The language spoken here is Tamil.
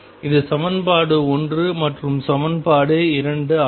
இது சமன்பாடு 1 இது சமன்பாடு 2 ஆகும்